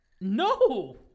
No